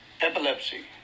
epilepsy